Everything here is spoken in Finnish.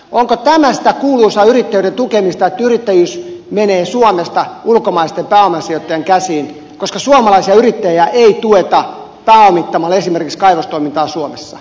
onko tämä sitä kuuluisaa yrittäjyyden tukemista että yrittäjyys menee suomesta ulkomaisten pääomasijoittajien käsiin koska suomalaisia yrittäjiä ei tueta pääomittamalla esimerkiksi kaivostoimintaa suomessa